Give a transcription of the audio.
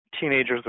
teenagers